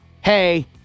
hey